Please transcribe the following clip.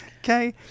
Okay